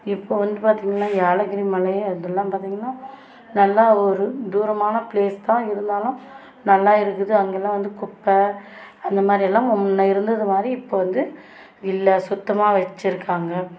இப்போது வந்து பார்த்தீங்கள்னா ஏலகிரி மலை அதெல்லாம் பார்த்தீங்கள்னா நல்லா ஒரு தூரமான ப்ளேஸ் தான் இருந்தாலும் நல்லா இருக்குது அங்கெல்லாம் வந்து குப்பை அந்தமாதிரி எல்லாம் முன்னே இருந்ததுமாதிரி இப்போ வந்து இல்லை சுத்தமாக வச்சிருக்காங்க